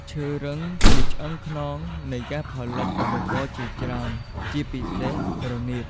ឈើរឹង ជាឆ្អឹងខ្នងនៃការផលិតឧបករណ៍ជាច្រើន ជាពិសេសរនាត។